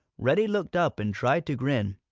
reddy looked up and tried to grin,